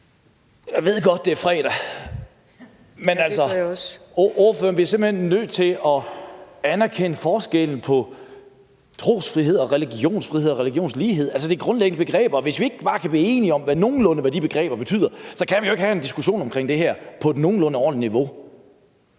Jeg ved godt, det er fredag, men altså, ordføreren bliver simpelt hen nødt til at anerkende forskellen på trosfrihed, religionsfrihed og religionslighed. Altså, det er grundlæggende begreber. Og hvis vi ikke kan blive bare nogenlunde enige om, hvad de begreber betyder, så kan vi jo ikke have en diskussion omkring det her på et nogenlunde ordentligt niveau.